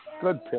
Good